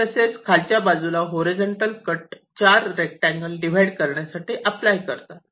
तसेच खालच्या बाजूला हॉरिझॉन्टल कट 4 रेक्टांगल डिव्हाइड करण्यासाठी अप्लाय करतात